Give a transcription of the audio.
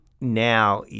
now